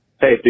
Hey